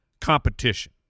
competition